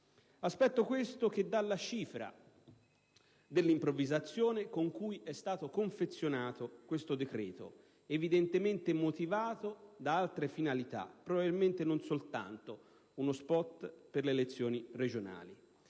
Aspetto, questo, che dà la cifra dell'improvvisazione con cui è stato confezionato questo decreto, evidentemente motivato da altre finalità (probabilmente non soltanto uno *spot* per le elezioni regionali).